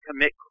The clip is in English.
commit